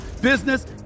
business